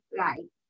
right